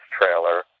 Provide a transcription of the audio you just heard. trailer